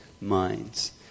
minds